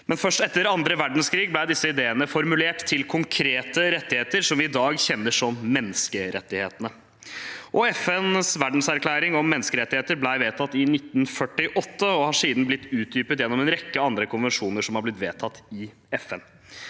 Først etter andre verdenskrig ble disse ideene formulert til konkrete rettigheter som vi i dag kjenner som menneskerettighetene. FNs verdenserklæring om menneskerettigheter ble vedtatt i 1948 og har siden blitt utdypet gjennom en rekke andre konvensjoner som har blitt vedtatt i FN.